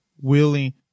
willing